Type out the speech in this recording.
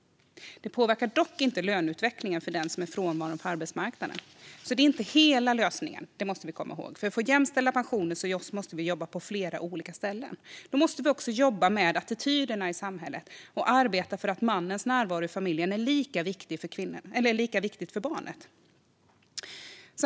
Det påverkar dock inte löneutvecklingen för den som är frånvarande från arbetsmarknaden, så detta är inte hela lösningen. Det måste vi komma ihåg. För att få jämställda pensioner måste vi jobba på flera olika områden. Vi måste bland annat arbeta med attityderna i samhället och för att mannens närvaro i familjen är lika viktig för barnet.